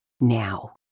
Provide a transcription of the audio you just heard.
now